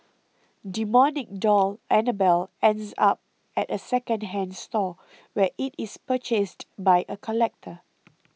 demonic doll Annabelle ends up at a second hand store where it is purchased by a collector